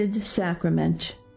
Sacrament